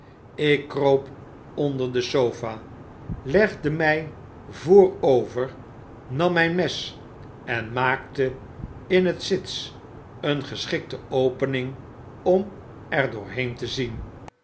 ik kroop onder de sofa legde my voorover nam myn mes en maakte in het sits een geschikte opening om er doorheen te zien